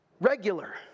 regular